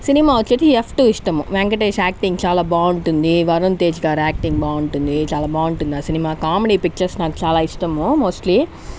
cinema వచ్చేసి F two ఇష్టము Venkatesh acting చాలా బాగుంటుంది వరుణ్ తేజ్ గారి యాక్టింగ్ బాగుంటుంది చాలా బాగుంటుంది ఆ సినిమా కామెడీ పిక్చర్స్ నాకు చాలా ఇష్టము మోస్ట్లీ